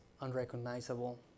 unrecognizable